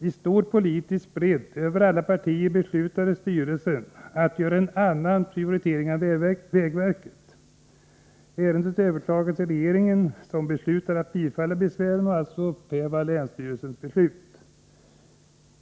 I stor politisk bredd över alla partier beslöt länsstyrelsen i Kopparbergs län att göra en annan prioritering än vägverket. Ärendet överklagades till regeringen, som beslöt att bifalla besvären och alltså upphäva länsstyrelsens beslut.